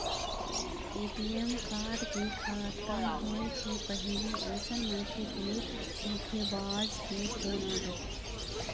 ATM card के खतम होए के पहिली अइसन मनखे तीर धोखेबाज के फोन आ जाथे